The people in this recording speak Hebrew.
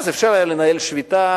אז אפשר היה לנהל שביתה,